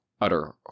utter